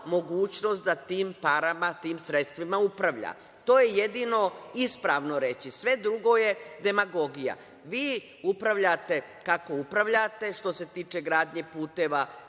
mogućnost da tim parama, tim sredstvima upravlja. To je jedino ispravno reći. Sve drugo je demagogija. Vi upravljate kako upravljate. Što se tiče gradnje puteva